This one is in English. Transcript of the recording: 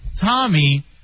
Tommy